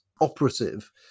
operative